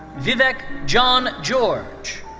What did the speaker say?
vivek john george.